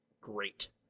great